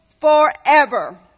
forever